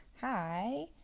Hi